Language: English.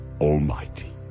Almighty